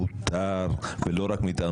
נבצרות מותר, ולא רק מטעמי